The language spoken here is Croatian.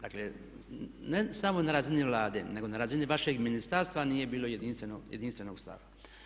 Dakle ne samo na razini Vlade nego na razini vašeg ministarstva nije bilo jedinstvenog stava.